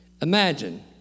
Imagine